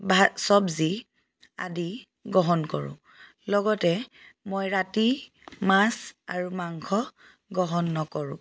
চবজি আদি গ্ৰহণ কৰোঁ লগতে মই ৰাতি মাছ আৰু মাংস গ্ৰহণ নকৰোঁ